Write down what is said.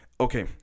Okay